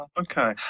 Okay